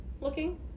looking